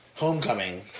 Homecoming